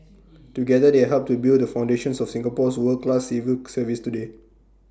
together they helped to build the foundations of Singapore's world class civil service today